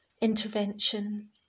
intervention